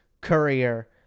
Courier